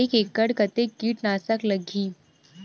एक एकड़ कतेक किट नाशक लगही?